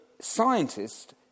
scientists